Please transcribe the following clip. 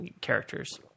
characters